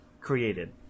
created